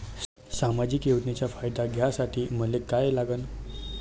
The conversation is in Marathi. सामाजिक योजनेचा फायदा घ्यासाठी मले काय लागन?